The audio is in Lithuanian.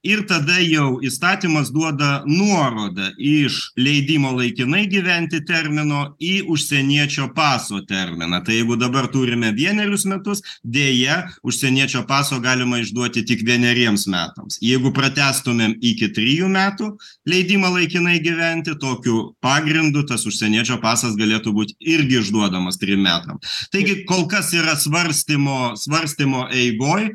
ir tada jau įstatymas duoda nuorodą iš leidimo laikinai gyventi termino į užsieniečio paso terminą tai jeigu dabar turime vienerius metus deja užsieniečio paso galima išduoti tik vieneriems metams jeigu pratęstumėm iki trijų metų leidimą laikinai gyventi tokiu pagrindu tas užsieniečio pasas galėtų būt irgi išduodamas trim metam taigi kol kas yra svarstymo svarstymo eigoj